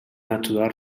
ajudar